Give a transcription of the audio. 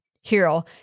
hero